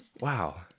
Wow